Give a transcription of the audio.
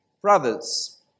brothers